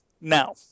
Now